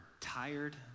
tired